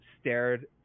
stared